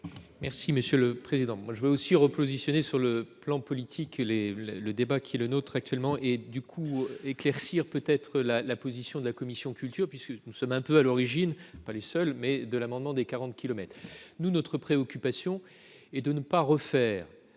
Merci monsieur le président, moi je veux aussi repositionné sur le plan politique, les le, le débat qui est le nôtre actuellement et du coup éclaircir peut être la la position de la commission Culture puisque nous sommes un peu à l'origine, pas les seuls, mais de l'amendement des 40 kilomètres nous notre préoccupation est de ne pas refaire